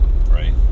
right